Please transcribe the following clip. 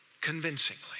convincingly